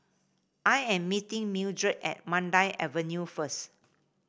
I am meeting Mildred at Mandai Avenue first